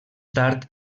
tard